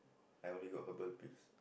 I only got herbal pills